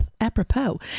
apropos